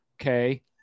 Okay